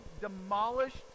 demolished